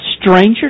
stranger